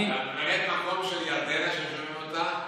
וממלאת המקום של ירדנה, ששומעים אותה?